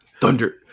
thunder